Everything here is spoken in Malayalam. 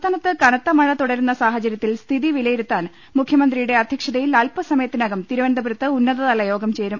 സംസ്ഥാനത്ത് കനത്ത മഴ തുടരുന്ന സാഹചര്യത്തിൽ സ്ഥിതി വിലയിരുത്താൻ മുഖ്യമന്ത്രിയുടെ അധ്യക്ഷതയിൽ അൽപ്പസമ യത്തിനകം തിരുവനന്തപുരത്ത് ഉന്നതതലയോഗം ചേരും